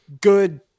good